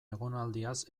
egonaldiaz